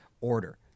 order